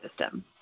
system